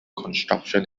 construction